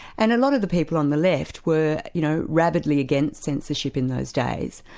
and a lot of the people on the left were you know rabidly against censorship in those days.